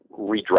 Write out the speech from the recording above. redraft